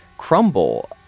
Crumble